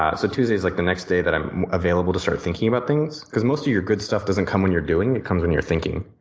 ah so tuesday is like the next day that i'm available to start thinking about things because most of your good stuff doesn't come when you're doing it comes when you're thinking.